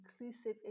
inclusive